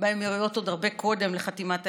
באמירויות עוד הרבה קודם לחתימת ההסכם,